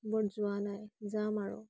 সেইবোৰত যোৱা নাই যাম আৰু